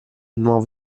nuovo